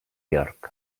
york